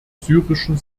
syrischen